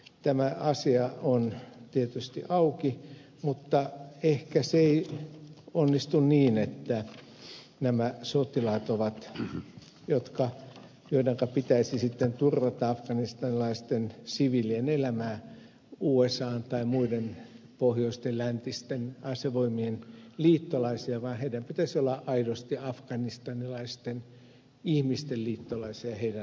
tämä asia on tietysti auki mutta ehkä se ei onnistu niin että nämä sotilaat joidenka pitäisi sitten turvata afganistanilaisten siviilien elämää ovat usan tai muiden pohjoisten läntisten asevoimien liittolaisia vaan heidän pitäisi olla aidosti afganistanilaisten ihmisten liittolaisia ja heidän tukeaan nauttivia